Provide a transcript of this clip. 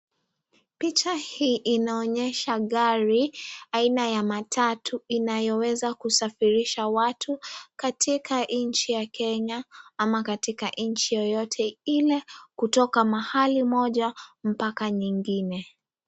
Picha hii inaonyesha gari, aina ya matatu inayoweza kusafirisha watu, katika nchi ya Kenya ama katika nchi yeyote Ile, kutoka mahali moja, mpaka nyingine.